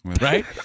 right